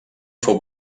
fou